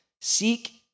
seek